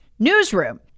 newsroom